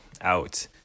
out